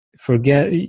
forget